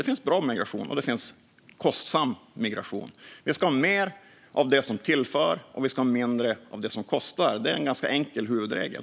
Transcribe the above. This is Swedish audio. Det finns bra migration och det finns kostsam migration. Vi ska ha mer av det som tillför, och vi ska ha mindre av det som kostar. Det är en ganska enkel huvudregel.